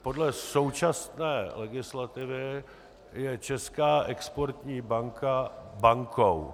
Podle současné legislativy je Česká exportní banka bankou.